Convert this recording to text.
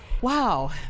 Wow